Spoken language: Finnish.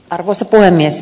arvoisa puhemies